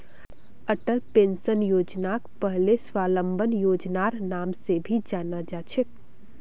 Atal pension योजनाक पहले स्वाबलंबन योजनार नाम से भी जाना जा छे